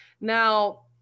now